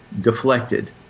deflected